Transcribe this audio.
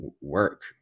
work